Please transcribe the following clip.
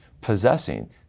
possessing